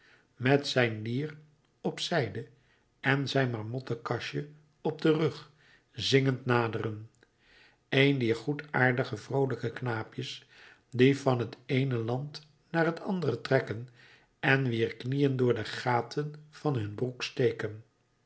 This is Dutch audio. met zijn lier op zijde en zijn marmotten kastje op den rug zingend naderen een dier goedaardige vroolijke knaapjes die van het eene land naar het andere trekken en wier knieën door de gaten van hun broek steken